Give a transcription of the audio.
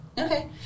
Okay